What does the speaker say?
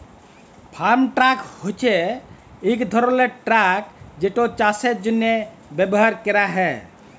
farm truck হছে ইক ধরলের ট্রাক যেটা চাষের জ্যনহে ব্যাভার ক্যরা হ্যয়